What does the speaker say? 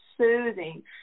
soothing